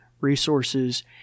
resources